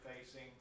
facing